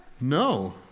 No